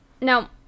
now